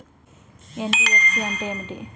NBFC అంటే ఏమిటి?